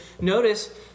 Notice